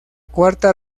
cuarta